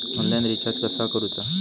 Online recharge कसा करूचा?